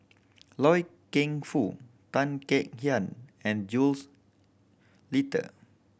Loy Keng Foo Tan Kek Hiang and Jules Itier